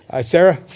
Sarah